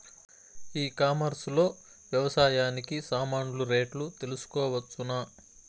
ఈ కామర్స్ లో వ్యవసాయానికి సామాన్లు రేట్లు తెలుసుకోవచ్చునా?